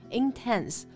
intense